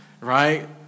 right